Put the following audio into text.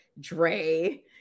Dre –